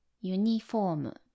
uniform